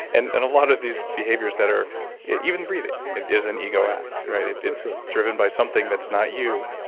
and and a lot of these behaviors that are even breathing is an ego act that's right it's it's ah driven by something that's not you.